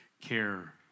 care